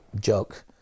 joke